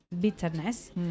bitterness